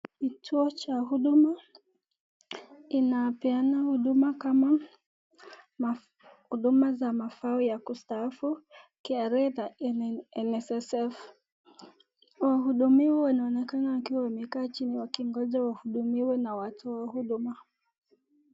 Kituo cha Huduma inapeana huduma kama huduma ya mafao ya kustaafu, KRA na NSSF. Wahudumiwa wanaonekana wakiwa wamekaa chini wakingoja wahudumiwe na watu wa Huduma.